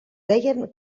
deien